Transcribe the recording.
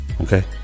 okay